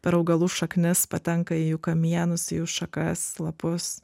per augalų šaknis patenka į jų kamienus į jų šakas lapus